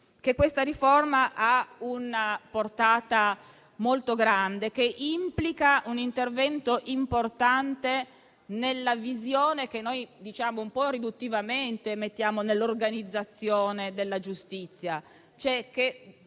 che questa riforma ha una portata molto grande, che implica un intervento importante nella visione che mettiamo in quella che un po' riduttivamente definiamo l'organizzazione della giustizia.